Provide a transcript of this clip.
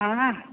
हँ